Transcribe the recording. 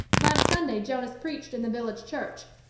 last sunday jonas preached in the village church.